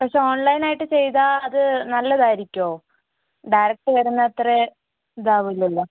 പക്ഷെ ഓൺലൈനായിട്ടു ചെയ്താല് അതു നല്ലതായിരിക്കുമോ ഡയറക്റ്റ് വരുന്നത്ര ഇതാവൂല്ലല്ലോ